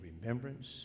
remembrance